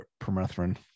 permethrin